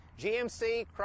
GMC